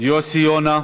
יוסי יונה.